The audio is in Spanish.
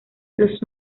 los